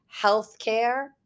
healthcare